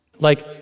like,